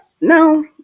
no